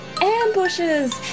ambushes